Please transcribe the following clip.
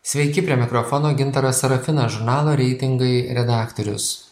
sveiki prie mikrofono gintaras serafinas žurnalo reitingai redaktorius